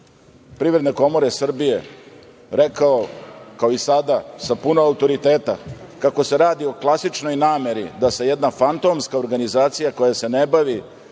Privredne komore Srbije rekao kao i sada sa puno autoriteta, kako se radi o klasičnoj nameri da se jedna fantomska organizacija koja se ne bavi